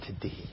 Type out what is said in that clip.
today